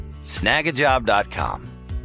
Snagajob.com